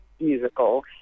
musical